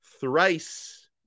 thrice